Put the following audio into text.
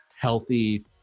healthy